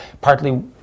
partly